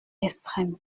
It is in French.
extrême